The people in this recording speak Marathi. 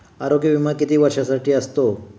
आरोग्य विमा किती वर्षांसाठी असतो?